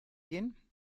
gehen